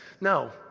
No